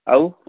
ଆଉ